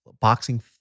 boxing